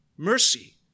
Mercy